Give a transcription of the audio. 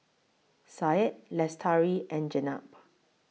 Syed Lestari and Jenab